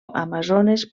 amazones